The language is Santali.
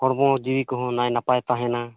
ᱦᱚᱲᱢᱚ ᱡᱤᱣᱤ ᱠᱚᱦᱚᱸ ᱱᱟᱭ ᱱᱟᱯᱟᱭ ᱛᱟᱦᱮᱱᱟ